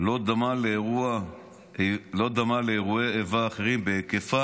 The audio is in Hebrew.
זה לא דמה לאירועי איבה אחרים בהיקפם,